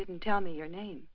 didn't tell me your name